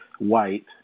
white